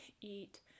eat